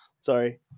Sorry